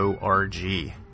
org